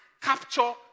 capture